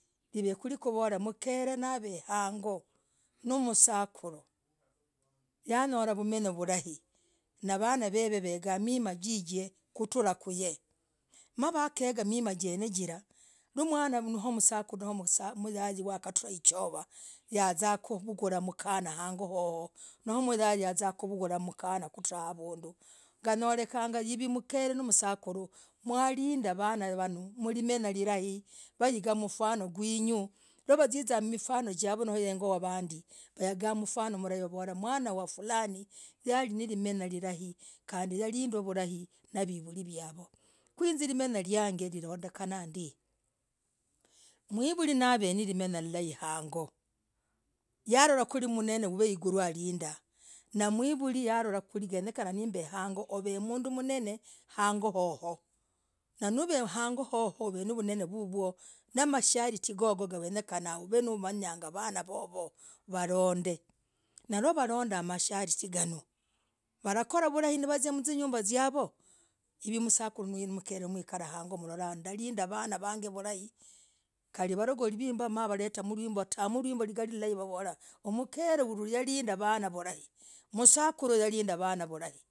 Hiv kwiri kuvolah mker navaa hang'oo noo msakuru wanyolah limenyoo lulaii navanah veve wengah mimaah jijij kutrah kuy navakegah mimaah jenejilah no mwana no msakuru no moyai no yakatra hichovaa yazaa kuvugulah mkanah hang'oo hohoo no moyai azah kuvullah mkanah kutrah avunduu ganyolekagah hiv mkere no msakuru mwalindaah vaanah vanooh mlimenyah lirahi waigah mfano gwinyuu no vazia mlifano javoo no heng'oo yavandii wavolah mwana wafulani yalinamenyah lilahii kandii yalindwah vulai navivili vavoo kwii hinz limenyah liang lilokanah ndii mvvli naven nalimenyah lilai hang'oo navuli nalora kwi genyekana nimb mb hang'oo ulolah mduu mnene hang'oo hohoo no v hang'oo hohoo uvenamnene gugwoh namasharitii gogo gavekenah umanyanga vanaa vovoo walind nanivaalondaah mashariti gogo yenyekenaa vaanah vovoo walind nanivaalondaah mashariti ganoh valakorah vulai navazia mzinyumbah jaooo i've msakuru noo mkere mwikarah hang'oo ulorah ndaalindah vanaa vag vulai kalii valagoli mwimboo!! Nawaletamimboo! Navavoolah ta mkere huyu nalindaa vaanah vulai msakuru alindah vaanah vulai.